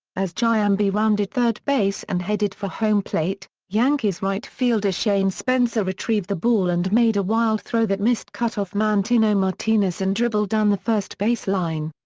as giambi rounded third base and headed for home plate, yankees right fielder shane spencer retrieved the ball and made a wild throw that missed cut-off man tino martinez and dribbled down the first-base line.